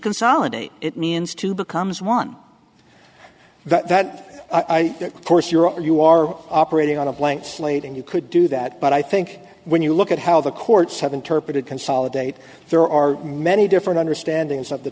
consolidate it means two becomes one that that force your you are operating on a blank slate and you could do that but i think when you look at how the courts have interpreted consolidate there are many different understandings of the